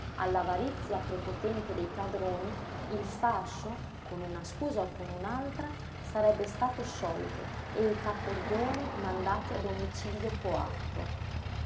pretesa all'avarizia prepotente dei padroni il fascio con una scusa o con un'altra sarebbe stato sciolto e i caporioni mandati a domicilio coatto